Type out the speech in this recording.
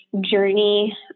journey